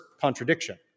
contradiction